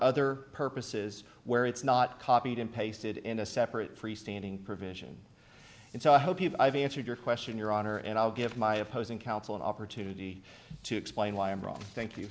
other purposes where it's not copied and pasted in a separate freestanding provision and so i hope you have answered your question your honor and i'll give my opposing counsel an opportunity to explain why i'm wrong thank you